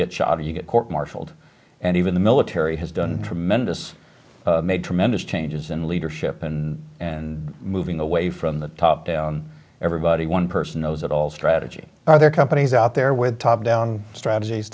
get shot or you get court martialed and even the military has done tremendous made tremendous changes in leadership and and moving away from the top down everybody one person knows it all strategy other companies out there with top down strategies